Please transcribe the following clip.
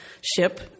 ship